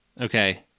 Okay